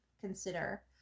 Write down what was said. consider